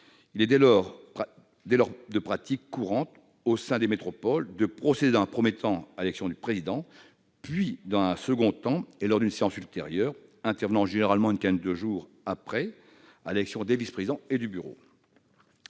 il est de pratique courante, au sein des métropoles, de procéder, dans un premier temps, à l'élection du président puis, dans un second temps, lors d'une autre séance- généralement une quinzaine de jours après -, à l'élection des vice-présidents et du bureau.